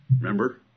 Remember